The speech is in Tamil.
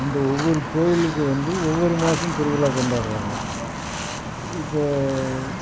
அந்த ஊர் கோயிலுக்கு வந்து ஒவ்வொரு மாசம் திருவிழா கொண்டாடுறாங்க இப்போ